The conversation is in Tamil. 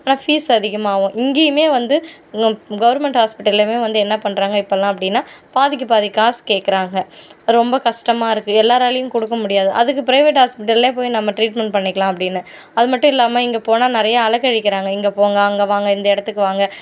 ஆனால் பீஸ் அதிகமாகவும் இங்கேயுமே வந்து இங்கே கவர்மெண்ட் ஹாஸ்பிட்டலையுமே வந்து என்ன பண்ணுறாங்க இப்பெல்லாம் அப்படின்னா பாதிக்கு பாதி காசு கேட்றாங்க ரொம்ப கஷ்டமாக இருக்குது எல்லாராலேயும் கொடுக்க முடியாது அதுக்கு ப்ரைவேட் ஹாஸ்பிட்டல்லே போகி நம்ம ட்ரீட்மெண்ட் பண்ணிக்கலாம் அப்படின்னு அது மட்டும் இல்லாமல் இங்கே போனால் நிறையா அலக்கழிக்கறாங்கள் இங்கே போங்க அங்கே வாங்க இந்த இடத்துக்கு வாங்க